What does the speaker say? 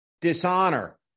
dishonor